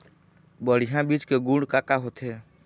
बढ़िया बीज के गुण का का होथे?